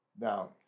Now